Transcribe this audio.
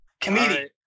Comedian